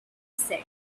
said